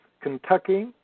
Kentucky